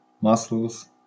muscles